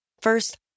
First